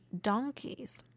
donkeys